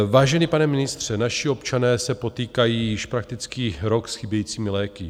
Vážený pane ministře, naši občané se potýkají již prakticky rok s chybějícími léky.